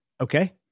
Okay